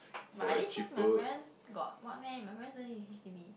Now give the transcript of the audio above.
but I live close my parents got what meh my parent don't live in H_D_B